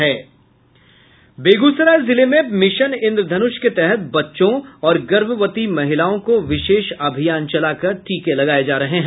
बेगूसराय जिले में मिशन इंद्रधनुष के तहत बच्चों और गर्भवती महिलाओं को विशेष अभियान चलाकर टीके लगाये जा रहे हैं